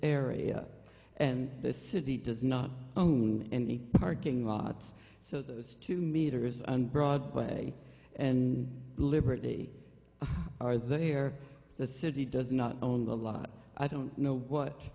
a and the city does not own any parking lots so those two meters on broadway and liberty are there the city does not own the lot i don't know what